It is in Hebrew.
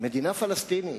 מדינה פלסטינית,